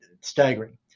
staggering